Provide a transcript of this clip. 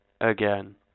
again